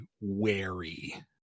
wary